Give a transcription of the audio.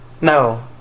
No